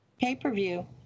pay-per-view